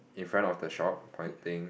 in front of the shop pointing